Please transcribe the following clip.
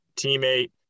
teammate